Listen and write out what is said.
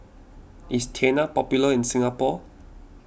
is Tena popular in Singapore